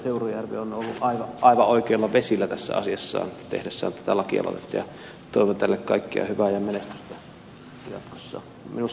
seurujärvi on ollut aivan oikeilla vesillä tässä asiassa tehdessään tätä lakialoitetta ja toivon tälle kaikkea hyvää ja menestystä jatkossa